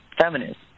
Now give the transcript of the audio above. Feminist